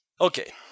Okay